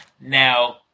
Now